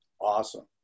awesome